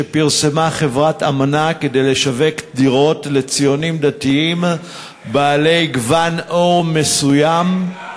שפרסמה חברת "אמנה" כדי לשווק דירות לציונים דתיים בעלי גון עור מסוים,